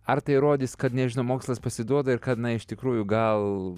ar tai įrodys kad nežinau mokslas pasiduoda ir kad na iš tikrųjų gal